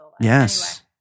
Yes